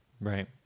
Right